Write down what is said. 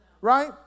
Right